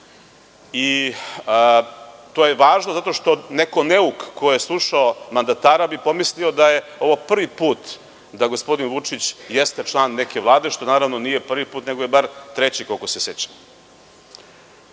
To je važno zato što neko neuk ko je slušao mandatara bi pomislio da je ovo prvi put da gospodin Vučić jeste član neke vlade, što nije prvi put, nego je bar treći, koliko se sećam. Ono